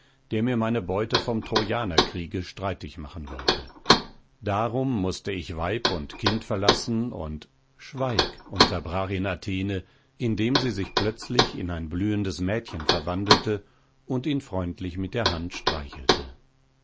der mir meine beute vom trojanerkriege streitig machen wollte darum mußte ich weib und kind verlassen und schweig unterbrach ihn athene indem sie sich plötzlich in ein blühendes mädchen verwandelte und ihn freundlich mit der hand streichelte